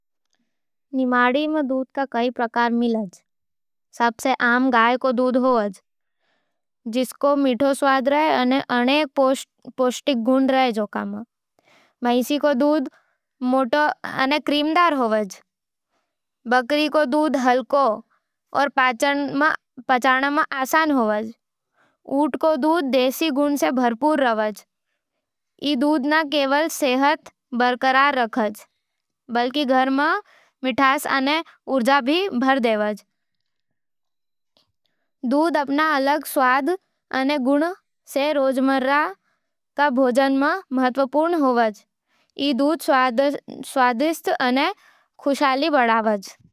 निमाड़ी में दूध के कई प्रकार मिल जावे। सबसे आम गाय को दूध होवज जिकरो मीठो स्वाद अने पोषक गुण रयज़ ओकमा। भैंस को दूध मोटो अने क्रीमदार होवज। बकरी को दूध हलको अने पचण में आसान होवे। ऊँट को दूध देसी गुणां से भरपूर होवे। ई दूध ना केवल सेहत बरकार रखे, बल्कि घरां में मिठास अने ऊर्जा भी भर देवज। दूध अपन अलग स्वाद अने गुण से रोजमर्रा के भोजन में महत्त्वपूर्ण होवे। ई दूध स्वादिष्ट अने खुशहाली बढ़ावे।